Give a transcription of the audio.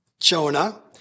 Jonah